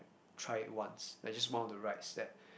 try it once like just one of the rides that